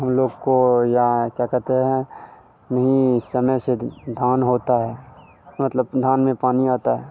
हम लोग को यहाँ क्या कहते हैं नहीं समय से द धान होता है मतलब धान में पानी आता है